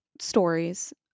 stories